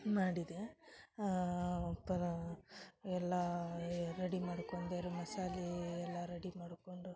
ಮಾಡಿದೆ ಪರ ಎಲ್ಲಾ ರೆಡಿ ಮಾಡ್ಕೊಂದೆರ್ ಮಸಾಲೆ ಎಲ್ಲಾ ರೆಡಿ ಮಾಡ್ಕೊಂಡು